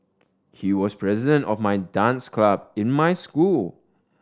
he was president of my dance club in my school